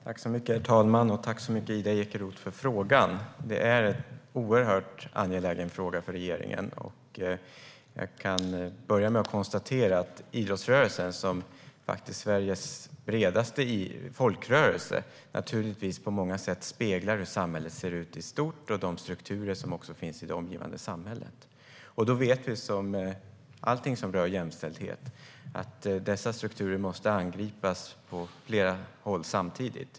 Herr talman! Jag tackar Ida Ekeroth för frågan. Det är en oerhört angelägen fråga för regeringen. Jag kan börja med att konstatera att idrottsrörelsen, som är Sveriges bredaste folkrörelse, på många sätt speglar hur samhället ser ut i stort och de strukturer som finns där. Liksom med allt som rör jämställdhet vet vi att dessa strukturer måste angripas från flera håll samtidigt.